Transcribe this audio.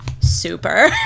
super